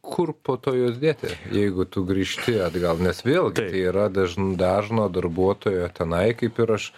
kur po to juos dėti jeigu tu grįžti atgal nes vėlgi tai yra dažn dažno darbuotojo tenai kaip ir aš